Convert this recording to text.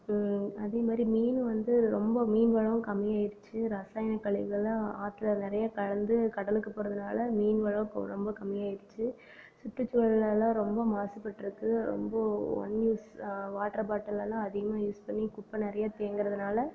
அதே மாதிரி மீன் வந்து ரொம்ப மீன்களும் கம்மி ஆகிடுச்சி ரசாயன கழிவுகளெலாம் ஆற்றில நிறைய கலந்து கடலுக்கு போகிறதுனால மீன்களும் கொ ரொம்ப கம்மி ஆகிடுச்சி சுற்றுசூழல்லெல்லாம் ரொம்ப மாசுப்பட்டிருக்கு ரொம்ப ஒன் யூஸ் வாட்டர் பாட்டலெல்லாம் அதிகமாக யூஸ் பண்ணி குப்பை நிறையா தேங்கிறதுனால